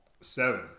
Seven